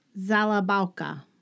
Zalabalka